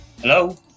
Hello